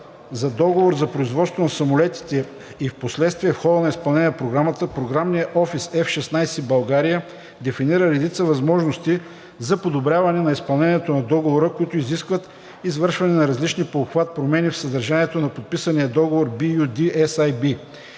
за договор за производство на самолетите и впоследствие в хода на изпълнение на програмата Програмният офис F-16 България (РМО F-16 Bulgaria/AFLCMC) дефинира редица възможности за подобряване на изпълнението на договора, които изискват извършване на различни по обхват промени в съдържанието на подписания договор BU-D-SAB.